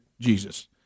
Jesus